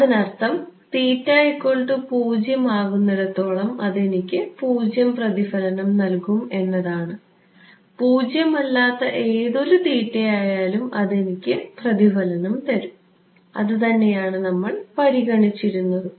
അതിനർത്ഥം ആകുന്നിടത്തോളം അത് എനിക്ക് 0 പ്രതിഫലനം തരും എന്നാണ് പൂജ്യമല്ലാത്ത ഏതൊരു ആയാലും അത് എനിക്ക് പ്രതിഫലനം തരും അതു തന്നെയാണ് നമ്മൾ പരിഗണിച്ചിരുന്നതും